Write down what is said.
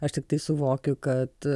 aš tiktai suvokiu kad